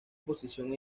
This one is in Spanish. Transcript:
posición